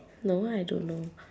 no I don't know